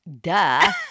Duh